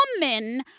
woman